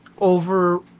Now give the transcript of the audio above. over